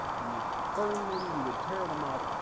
you would burn them you would tear them up,